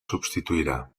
substituirà